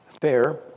fair